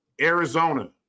Arizona